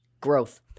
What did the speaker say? growth